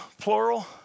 plural